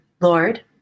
Lord